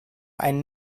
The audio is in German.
einen